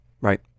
Right